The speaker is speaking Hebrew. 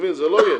זה לא יהיה.